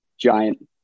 giant